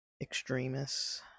extremists